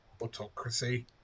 autocracy